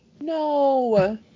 No